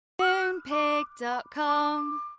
Moonpig.com